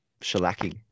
shellacking